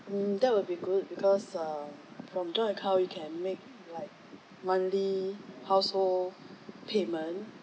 um that will be good because err from joint account you can make like monthly household payment